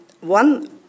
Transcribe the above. One